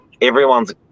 Everyone's